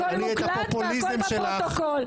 הכול מוקלט והכול בפרוטוקול.